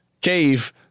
cave